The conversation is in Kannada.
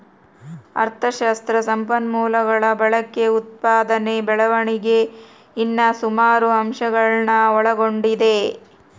ಅಥಶಾಸ್ತ್ರ ಸಂಪನ್ಮೂಲಗುಳ ಬಳಕೆ, ಉತ್ಪಾದನೆ ಬೆಳವಣಿಗೆ ಇನ್ನ ಸುಮಾರು ಅಂಶಗುಳ್ನ ಒಳಗೊಂಡತೆ